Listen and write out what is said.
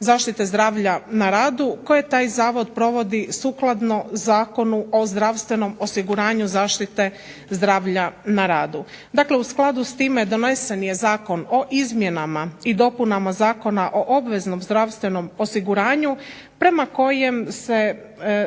zaštite zdravlja na radu koje taj zavod provodi sukladno Zakonu o zdravstvenom osiguranju zaštite zdravlja na radu. Dakle, u skladu s time donesen je Zakon o izmjenama i dopunama Zakona o obveznom zdravstvenom osiguranju prema kojem se